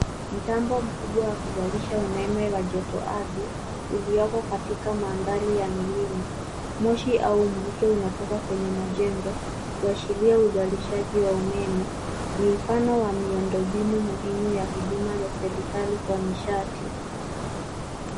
Mtambo mkubwa wa kuzalisha umeme wa joto ardhi ulioko katika mandhari ya milima. Moshi au mvuke unatoka kwenye majengo kuashiria uzalishaji wa umeme. Ni mfano wa miundo mbinu muhimu ya serikali kwa nishati.